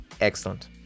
Excellent